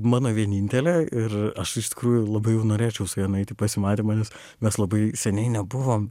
mano vienintelė ir aš iš tikrųjų labai norėčiau su ja nueit į pasimatymą nes mes labai seniai nebuvom